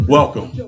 Welcome